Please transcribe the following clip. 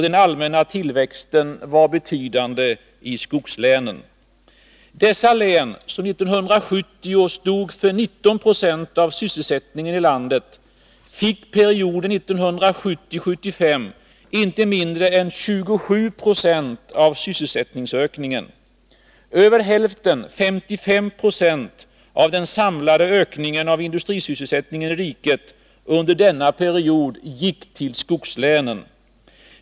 Den allmänna tillväxten var betydande i skogslänen. Dessa län, som 1970 stod för 19 96 av sysselsättningen i landet, fick perioden 1970-1975 inte mindre än 27 90 av sysselsättningsökningen. Över hälften — 55 22 — av den samlade ökningen av industrisysselsättningen i riket under denna period gick till skogslänen.